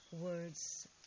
words